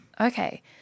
Okay